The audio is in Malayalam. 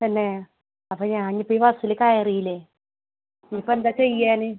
പെന്നെ അപ്പം ഞാനപ്പയി ബസ്സിൽ കയറീലെ ഇനിയിപ്പം എന്താ ചെയ്യാൻ